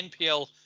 NPL